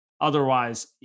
Otherwise